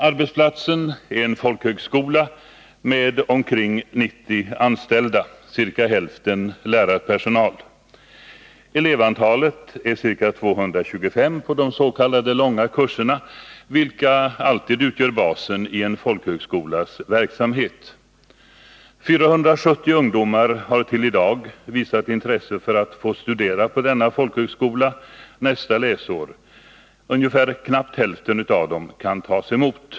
Arbetsplatsen är Ljungskile folkhögskola med omkring 90 anställda, ca hälften lärarpersonal. Elevantalet är ca 225 på de s.k. långa kurserna, vilka alltid utgör basen i en folkhögskolas verksamhet. 470 ungdomar har till i dag visat intresse för att få studera på denna folkhögskola nästa läsår. Knappt hälften av dem kan tas emot.